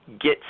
get